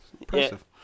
Impressive